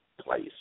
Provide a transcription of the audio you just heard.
place